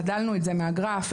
חדלנו את זה מהגרף,